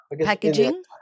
packaging